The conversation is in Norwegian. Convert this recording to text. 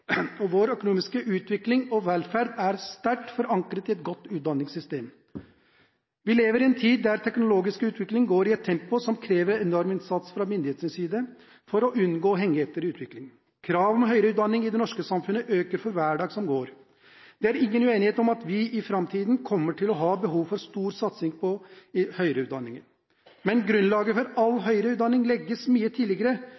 og vår økonomiske utvikling og velferd er sterkt forankret i et godt utdanningssystem. Vi lever i en tid der den teknologiske utviklingen går i et tempo som krever enorm innsats fra myndighetenes side for å unngå at vi blir hengende etter i utviklingen. Kravet til høyere utdanning i det norske samfunnet øker for hver dag som går. Det er ingen uenighet om at vi i framtiden kommer til å ha behov for stor satsing på høyere utdanning, men grunnlaget for